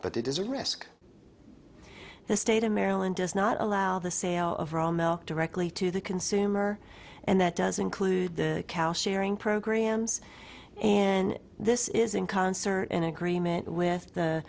but it is a risk the state of maryland does not allow the sale of raw milk directly to the consumer and that does include the cow sharing programs and this is in concert in agreement with the